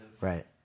Right